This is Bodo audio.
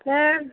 थोद